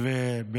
רק אם